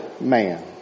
man